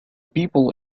people